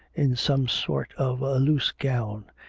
in some sort of a loose gown,